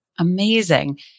Amazing